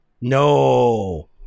No